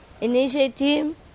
Initiative